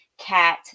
cat